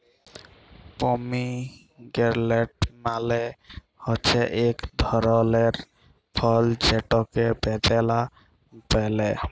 pomegranate মালে হছে ইক ধরলের ফল যেটকে বেদালা ব্যলে